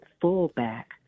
fullback